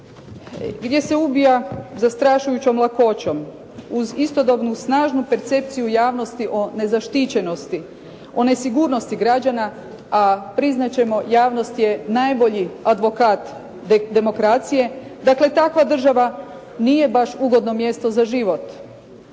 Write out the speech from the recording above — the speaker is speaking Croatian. gdje se ubija zastrašujućom lakoćom uz istodobnu snažnu percepciju javnosti o nezaštićenosti, o nesigurnosti građana, a priznat ćemo javnost je najbolji advokat demokracije. Dakle, takva država nije baš ugodno mjesto za život.